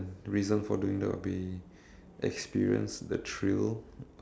reason for doing that will be experience the thrill